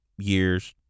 years